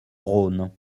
rhône